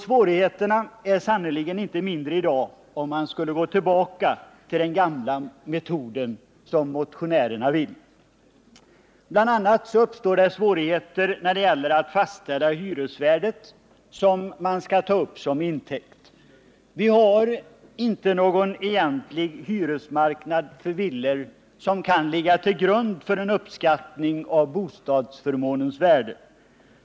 Svårigheterna vore sannerligen inte mindre i dag, om man skulle gå tillbaka till den gamla metoden, som motionärerna vill. Bl. a. uppstår svårigheter när det gäller att fastställa hyresvärdet, som skall tas upp som intäkt. Vi har inte någon egentlig hyresmarknad för villor, som kan ligga till grund för en uppskattning av bostadsförmånens värde.